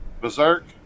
Berserk